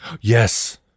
Yes